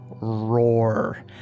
roar